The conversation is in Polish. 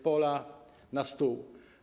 Z pola na stół.